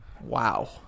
Wow